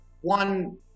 one